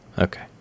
Okay